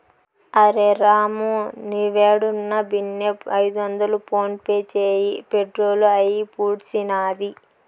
అరె రామూ, నీవేడున్నా బిన్నే ఐదొందలు ఫోన్పే చేయి, పెట్రోలు అయిపూడ్సినాది